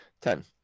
Ten